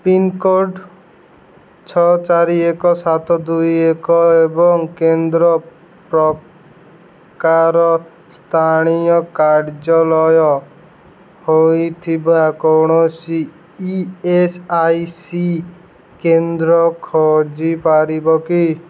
pincode ଛଅ ଚାରି ଏକ ସାତ ଦୁଇ ଏକ ଏବଂ କେନ୍ଦ୍ର ପ୍ରକାର ସ୍ଥାନୀୟ କାର୍ଯ୍ୟାଳୟ ହୋଇଥିବା କୌଣସି ଇ ଏସ୍ ଆଇ ସି କେନ୍ଦ୍ର ଖୋଜିପାରିବ କି